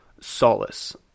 Solace